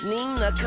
Nina